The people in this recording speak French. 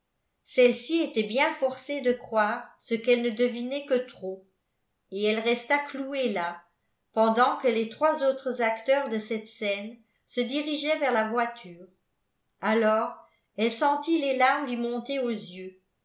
celle-ci était bien forcée de croire ce qu'elle ne devinait que trop et elle resta clouée là pendant que les trois autres acteurs de cette scène se dirigeaient vers la voiture alors elle sentit les larmes lui monter aux yeux